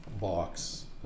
box